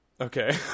Okay